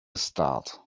start